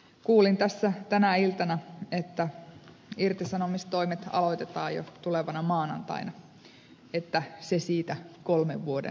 kuulin tässä tänä iltana että irtisanomistoimet aloitetaan jo tulevana maanantaina että se siitä kolmen vuoden siirtymäajasta